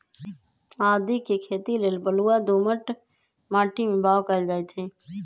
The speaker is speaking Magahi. आदीके खेती लेल बलूआ दोमट माटी में बाओ कएल जाइत हई